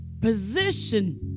position